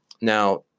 Now